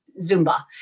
Zumba